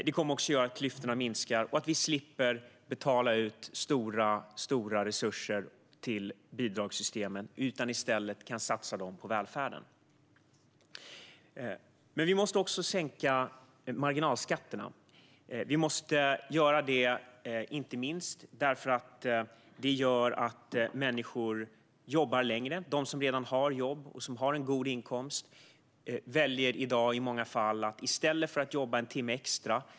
Det kommer också att göra att klyftorna minskar och att vi slipper betala ut stora resurser till bidragssystemen och i stället kan satsa dem på välfärden. Men vi måste också sänka marginalskatterna, inte minst därför att det gör att människor jobbar längre. De som redan har jobb och har en god inkomst väljer i dag i många fall att stanna hemma i stället för att jobba en timme extra.